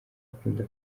akunda